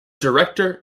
director